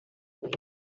wii